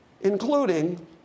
including